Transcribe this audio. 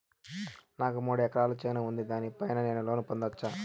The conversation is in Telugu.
నాకు మూడు ఎకరాలు చేను ఉంది, దాని పైన నేను లోను పొందొచ్చా?